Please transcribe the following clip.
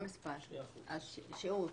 השיעור?